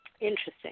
Interesting